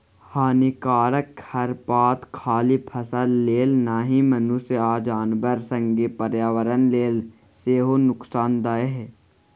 हानिकारक खरपात खाली फसल लेल नहि मनुख आ जानबर संगे पर्यावरण लेल सेहो नुकसानदेह